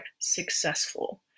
successful